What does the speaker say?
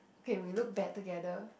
okay we look bad together